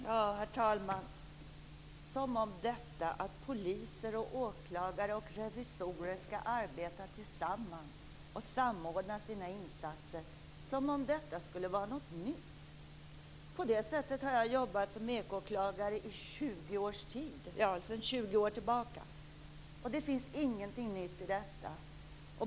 Herr talman! Som om detta att poliser, åklagare och revisorer skall arbeta tillsammans och samordna sina insatser skulle vara något nytt! På det sättet har jag jobbat som ekoåklagare sedan 20 år tillbaka. Det finns ingenting nytt i detta.